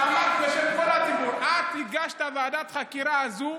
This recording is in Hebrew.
אמרת שבשם כל הציבור את הגשת את ועדת החקירה הזו,